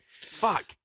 Fuck